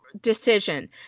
decision